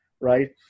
right